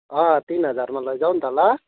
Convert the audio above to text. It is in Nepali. अँ तिन हजारमा लैजाऊ न त ल